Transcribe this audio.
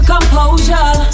Composure